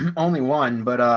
only one. but